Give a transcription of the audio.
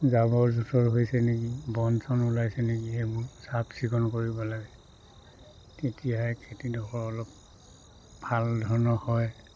জাবৰ জোঁথৰ হৈছে নেকি বন চন ওলাইছে নেকি এইবোৰ চাফচিকুণ কৰিব লাগে তেতিয়াহে খেতিডোখৰ অলপ ভাল ধৰণৰ হয়